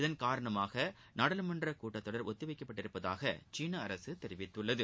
இதன் காரணமாக நாடாளுமன்ற கூட்டத்தொடர் ஒத்திவைக்கப்பட்டுள்ளதாக சீனா அரசு தெரிவித்துள்ளது